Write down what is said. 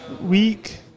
Week